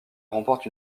remporte